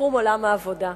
בתחום עולם העבודה.